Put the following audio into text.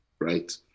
right